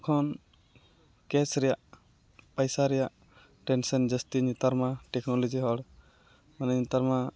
ᱛᱚᱠᱷᱚᱱ ᱠᱮᱥ ᱨᱮᱭᱟᱜ ᱯᱟᱭᱥᱟ ᱨᱮᱭᱟᱜ ᱴᱮᱱᱥᱮᱱ ᱡᱟᱹᱥᱛᱤ ᱱᱮᱛᱟᱨᱢᱟ ᱴᱮᱠᱱᱳᱞᱚᱡᱤ ᱦᱚᱲ ᱢᱟᱱᱮ ᱱᱮᱛᱟᱨᱢᱟ